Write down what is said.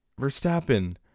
Verstappen